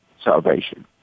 salvation